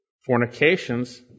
fornications